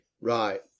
Right